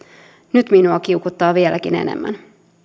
nyt minua kiukuttaa vieläkin enemmän